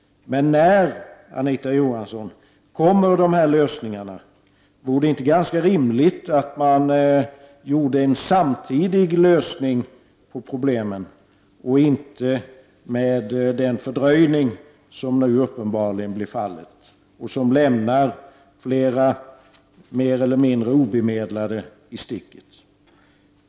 Men när, Anita Johansson, kommer dessa lösningar? Vore det inte ganska rimligt med en samtidig lösning av problemen, utan en sådan fördröjning som nu uppenbarligen blir fallet och som lämnar åtskilliga mer eller mindre obemedlade i sticket?